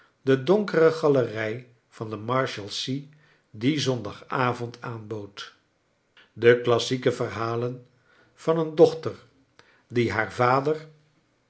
de donkere galerij van de marshal sea dien zondagavond aanbood de classieken verhalen van een dochter die haar vader